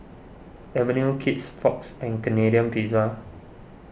Avenue Kids Fox and Canadian Pizza